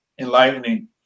enlightening